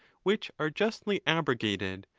which are justly abrogated,